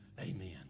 Amen